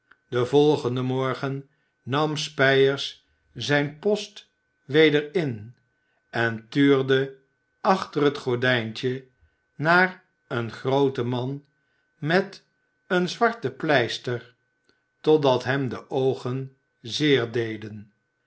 den volgenden morgen nam spyers zijn post weder in en tuurde achter het gordijntje naar een grooten man met eene zwarte pleister totdat hem de oogen zeer deden